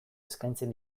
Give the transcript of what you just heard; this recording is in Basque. eskaintzen